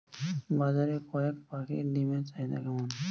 বাজারে কয়ের পাখীর ডিমের চাহিদা কেমন?